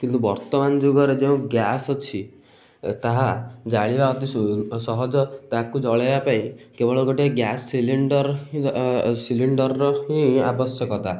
କିନ୍ତୁ ବର୍ତ୍ତମାନ ଯୁଗରେ ଯେଉଁ ଗ୍ୟାସ ଅଛି ତାହା ଜାଳିବା ଅତି ସହଜ ତାକୁ ଜଳାଇବା ପାଇଁ କେବଳ ଗୋଟେ ଗ୍ୟାସ ସିଲିଣ୍ଡର ସିଲିଣ୍ଡରର ହିଁ ଆବଶ୍ୟକତା